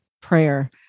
prayer